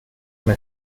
una